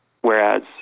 whereas